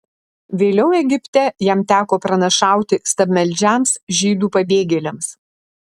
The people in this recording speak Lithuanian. vėliau egipte jam teko pranašauti stabmeldžiams žydų pabėgėliams